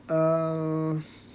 err